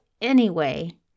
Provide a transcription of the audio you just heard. anyway